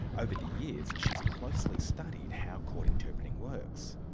over the years she has closely studied how court interpreting works.